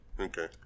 Okay